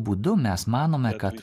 būdu mes manome kad